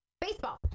Baseball